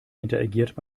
interagiert